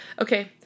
Okay